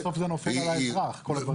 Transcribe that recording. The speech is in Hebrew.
בסוף זה נופל על האזרח כל הדברים.